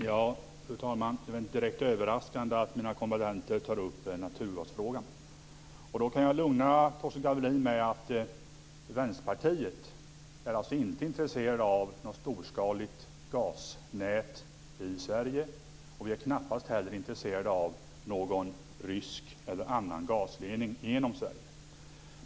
Fru talman! Det är väl inte direkt överraskande att mina kombattanter tar upp naturgasfrågan. Jag kan lugna Torsten Gavelin med att Vänsterpartiet inte är intresserat av något storskaligt gasnät i Sverige. Vi är knappast heller intresserade av någon rysk eller annan gasledning genom Sverige.